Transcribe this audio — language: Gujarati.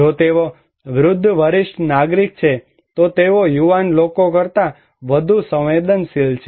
જો તેઓ વૃદ્ધ વરિષ્ઠ નાગરિક છે તો તેઓ યુવાન લોકો કરતાં વધુ સંવેદનશીલ છે